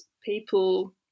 people